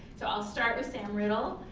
so i'll start with sam riddle,